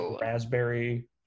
raspberry